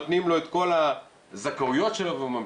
נותנים לו את כל הזכאויות שלו והוא ממשיך.